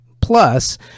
Plus